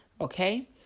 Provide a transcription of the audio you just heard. okay